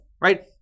right